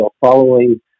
following